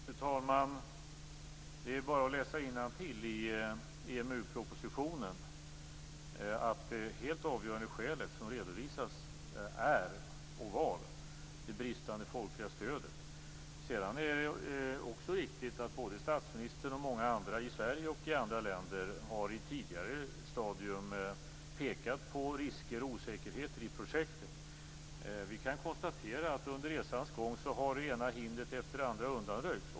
Fru talman! Det är bara att läsa innantill i EMU propositionen. Det helt avgörande skälet som redovisas är, och var, det bristande folkliga stödet. Det är riktigt att både statsministern och många andra, i Sverige och i andra länder, under ett tidigare stadium har pekat på risker och osäkerheter i projektet. Vi kan konstatera att under resans gång har det ena hindret efter det andra undanröjts.